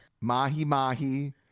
mahi-mahi